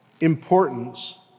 importance